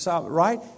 Right